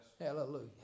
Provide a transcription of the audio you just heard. Hallelujah